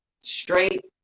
straight